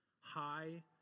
high